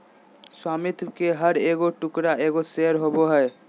स्वामित्व के हर एगो टुकड़ा एगो शेयर होबो हइ